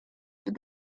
but